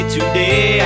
Today